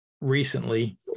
recently